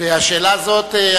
והשאלה הזאת,